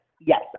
yes